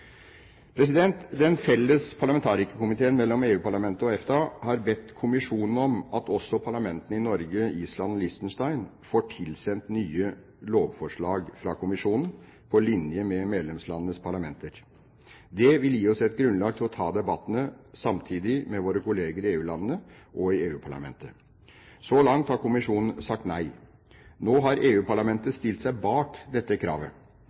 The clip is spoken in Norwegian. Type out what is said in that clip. Den felles parlamentarikerkomiteen mellom EU-parlamentet og EFTA har bedt kommisjonen om at også parlamentene i Norge, Island og Liechtenstein får tilsendt nye lovforslag fra kommisjonen, på linje med medlemslandenes parlamenter. Det vil gi oss et grunnlag til å ta debattene samtidig med våre kolleger i EU-landene og EU-parlamentet. Så langt har kommisjonen sagt nei. Nå har EU-parlamentet stilt seg bak dette kravet.